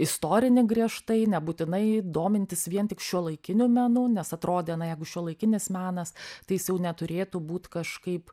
istorinį griežtai nebūtinai domintis vien tik šiuolaikiniu menu nes atrodė na jeigu šiuolaikinis menas tai jis jau neturėtų būt kažkaip